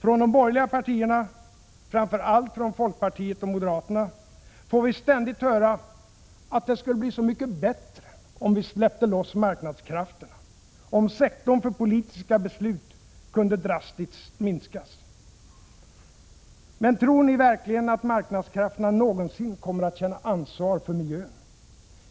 Från de borgerliga partierna — framför allt från folkpartiet och moderaterna — får vi ständigt höra att det skulle bli så mycket bättre, om vi släppte loss marknadskrafterna, om sektorn för politiska beslut kunde drastiskt minskas. Men tror ni verkligen att marknadskrafterna någonsin kommer att känna ansvar för miljön?